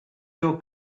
your